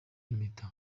impeta